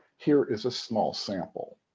here is a small sample.